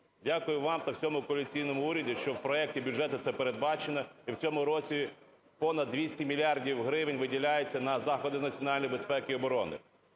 Дякую вам та всьому коаліційному уряду, що в проекті бюджету це передбачено, і в цьому році понад двісті мільярдів гривень виділяється на заходи національної безпеки і оборони.